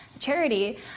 charity